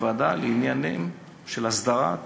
ועדה לעניינים של הסדרת